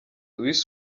louis